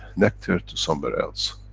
nectar to somewhere else.